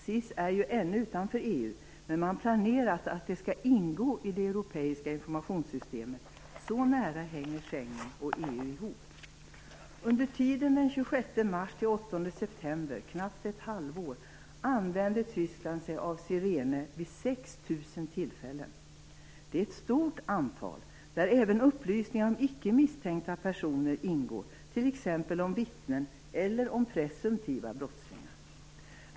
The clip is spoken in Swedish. SIS är ju ännu utanför EU, men man planerar att det skall ingå i det europeiska informationssystemet. Så nära hänger Under tiden den 26 mars-8 september, knappt ett halvår, använde sig Tyskland av Sirene vid 6 000 tillfällen. Det är ett stort antal där även upplysningar om icke misstänkta personer ingår, t.ex. om vittnen eller presumtiva brottslingar.